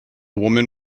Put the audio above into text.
woman